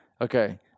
Okay